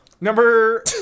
Number